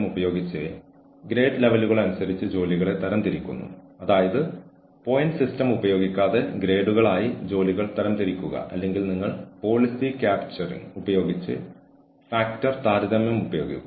career ഗോവണിയുടെ വികസനം അല്ലെങ്കിൽ വ്യക്തവും കൈവരിക്കാവുന്നതുമായ കരിയർ പുരോഗതി പ്രോഗ്രാമുകൾ കരിയർ പുരോഗതിക്കുള്ള പിന്തുണ എന്നിവ ഓർഗനൈസേഷനിൽ ആളുകൾക്ക് എങ്ങനെ ഉയരാൻ കഴിയുമെന്ന് കാണിക്കുക